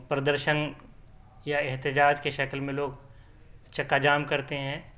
پردرشن یا احتجاج کے شکل میں لوگ چکّا جام کرتے ہیں